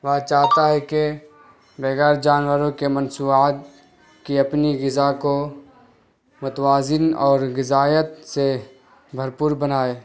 وہ چاہتا ہے کہ بغیر جانوروں کے مصنوعات کی اپنی غذا کو متوازن اور غذائیت سے بھرپور بنائے